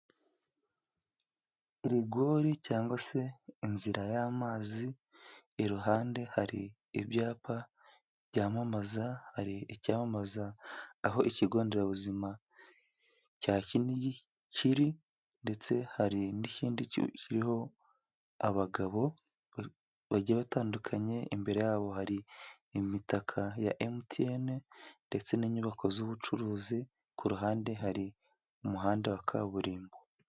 Rigori cyangwa se inzira y'amazi, iruhande hari ibyapa byamamaza. Hari icyamamaza aho ikigo nderabuzima cya kinigi kiri ndetse hari n'ikindi kiriho abagabo bagiye batandukanye, imbere yabo hari imitaka ya emutiyene ndetse n'inyubako z'ubucuruzi ku ruhande hari umuhanda wa kaburimbo.